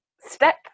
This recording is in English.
step